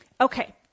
Okay